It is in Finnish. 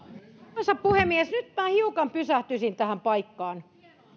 arvoisa puhemies nyt hiukan pysähtyisin tähän paikkaan